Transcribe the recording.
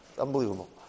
unbelievable